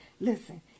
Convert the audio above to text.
Listen